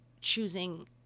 choosing